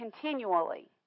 continually